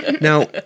Now